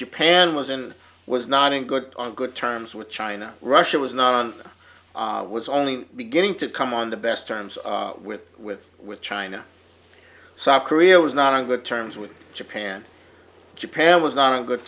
japan was and was not in good on good terms with china russia was not on was only beginning to come on the best terms with with with china south korea was not on good terms with japan japan was not on good